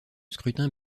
scrutin